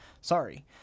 Sorry